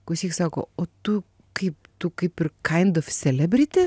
klausyk sako o tu kaip tu kaip ir kind of celebrity